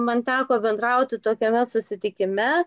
man teko bendrauti tokiame susitikime